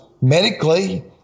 medically